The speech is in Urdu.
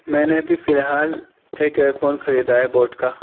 میں نے ابھی فی الحال ایک ایئر فون خریدا ہے بوٹ کا